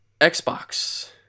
xbox